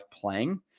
playing